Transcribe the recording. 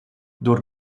door